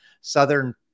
Southern